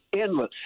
endless